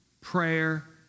prayer